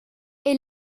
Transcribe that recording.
est